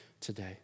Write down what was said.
today